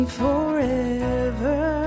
forever